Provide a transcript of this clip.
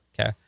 Okay